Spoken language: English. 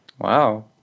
Wow